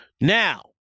Now